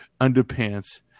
underpants